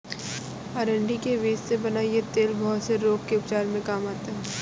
अरंडी के बीज से बना यह तेल बहुत से रोग के उपचार में काम आता है